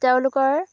তেওঁলোকৰ